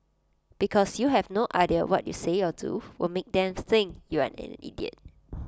because you have no idea what you say or do will make them think you're an idiot